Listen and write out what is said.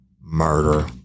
murder